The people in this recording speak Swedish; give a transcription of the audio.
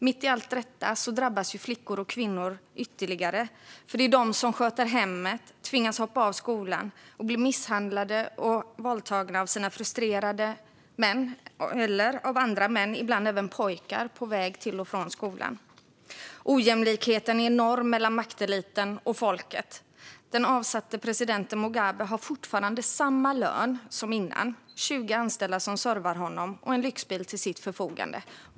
Mitt i allt detta drabbas flickor och kvinnor ytterligare, för det är de som sköter hemmet, tvingas hoppa av skolan och blir misshandlade och våldtagna av sina frustrerade män eller av andra män, ibland även av pojkar på väg till och från skolan. Ojämlikheten är enorm mellan makteliten och folket. Den avsatte presidenten Mugabe har fortfarande samma lön som innan, 20 anställda som servar honom och en lyxbil till sitt förfogande.